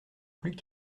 plus